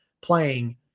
playing